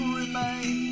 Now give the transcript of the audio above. remain